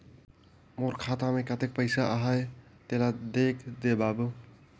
मोर खाता मे कतेक पइसा आहाय तेला देख दे बाबु?